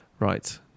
Right